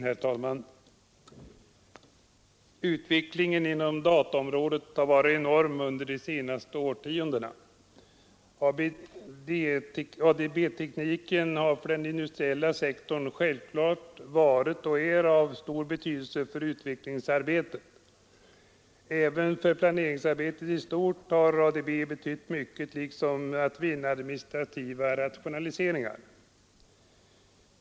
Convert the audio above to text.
Herr talman! Utvecklingen inom dataområdet har varit enorm under de senaste årtiondena. ADB-tekniken har för den industriella sektorn självklart varit och är av stor betydelse för utvecklingsarbetet. Även för planeringsarbetet i stort har ADB betytt mycket liksom när det gäller att vinna administrativa rationaliseringar.